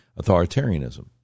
authoritarianism